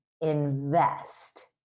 invest